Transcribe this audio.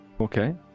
Okay